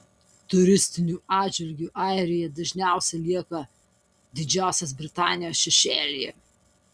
turistiniu atžvilgiu airija dažniausiai lieka didžiosios britanijos šešėlyje